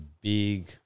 big